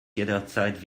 jederzeit